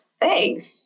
Thanks